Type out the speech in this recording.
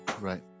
Right